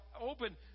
open